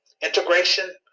Integration